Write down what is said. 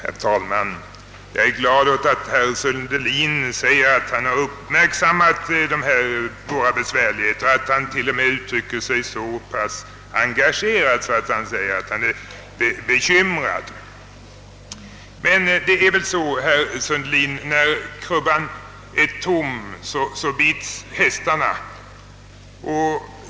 Herr talman! Jag är glad att herr Sundelin har uppmärksammat våra svårigheter och att han till och med uttrycker sig så engagerat att han säger att han är bekymrad. Men det är väl så, herr Sundelin, att när krubban är tom bits hästarna.